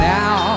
now